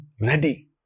ready